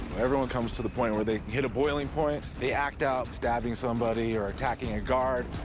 everyone comes to the point where they hit a boiling point they act out, stabbing somebody or attacking a guard.